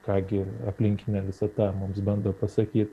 ką gi aplinkinė visata mums bando pasakyt